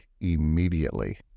immediately